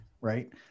right